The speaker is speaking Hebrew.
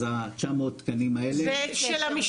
אז 900 התקנים האלה, שוטרים שלנו.